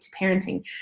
parenting